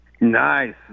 nice